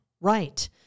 Right